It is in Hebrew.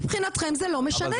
מבחינתכם זה לא משנה.